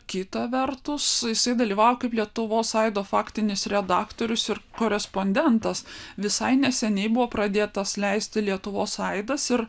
kita vertus jisai dalyvavo kaip lietuvos aido faktinis redaktorius ir korespondentas visai neseniai buvo pradėtas leisti lietuvos aidas ir